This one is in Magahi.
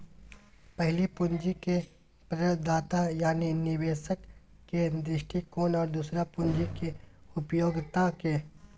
पहला पूंजी के प्रदाता यानी निवेशक के दृष्टिकोण और दूसरा पूंजी के उपयोगकर्ता के